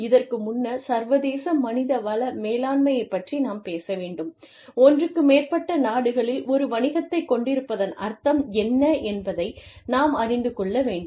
இதற்கு முன்னர் சர்வதேச மனித வள மேலானமையை பற்றி நாம் பேச வேண்டும் ஒன்றுக்கு மேற்பட்ட நாடுகளில் ஒரு வணிகத்தைக் கொண்டிருப்பதன் அர்த்தம் என்ன என்பதை நாம் அறிந்து கொள்ள வேண்டும்